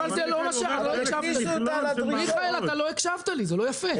מיכאל, אתה לא הקשבת לי, זה לא יפה.